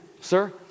sir